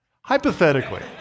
Hypothetically